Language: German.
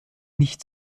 nicht